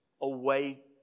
away